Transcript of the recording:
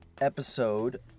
episode